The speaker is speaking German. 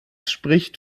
spricht